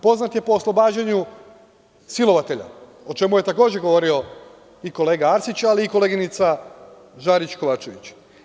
Poznat je po oslobađanju silovatelja, o čemu je takođe govorio i kolega Arsić, ali i koleginica Žarić Kovačević.